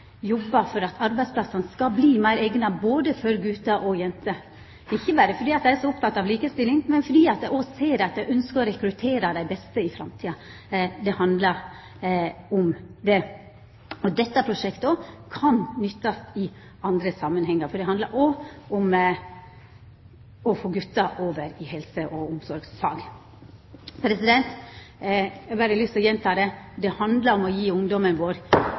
jobbar for at arbeidsplassane skal bli meir eigna både for gutar og jenter, ikkje berre fordi dei er så opptekne av likestilling, men fordi dei òg ønskjer å rekruttera dei beste i framtida. Det handlar om det. Dette prosjektet kan òg nyttast i andre samanhengar, f.eks. om å få gutar over til helse- og omsorgsfag. Eg har berre lyst til å gjenta det: Det handlar om å gje ungdommen vår